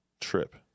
trip